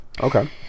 Okay